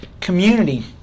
Community